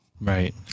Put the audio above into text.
Right